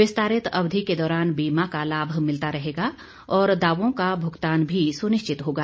विस्तारित अवधि के दौरान बीमा का लाम मिलता रहेगा और दावों का भुगतान भी सुनिश्चित होगा